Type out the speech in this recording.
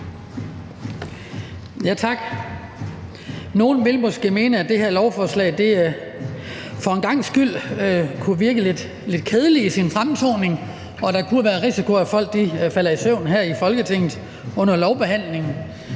Nogle vil måske mene, at det her lovforslag kunne virke lidt kedeligt i sin udformning, og at der kunne være risiko for, at folk faldt i søvn her i Folketingssalen under lovbehandlingen.